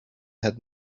had